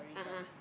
a'ah